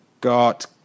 got